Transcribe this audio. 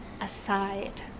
aside